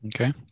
Okay